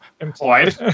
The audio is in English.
employed